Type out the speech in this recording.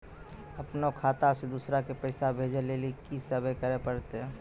अपनो खाता से दूसरा के पैसा भेजै लेली की सब करे परतै?